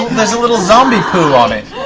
there's a little zombie poo on it.